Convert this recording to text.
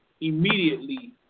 immediately